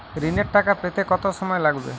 ঋণের টাকা পেতে কত সময় লাগবে?